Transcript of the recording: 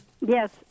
Yes